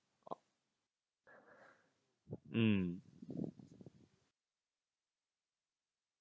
hmm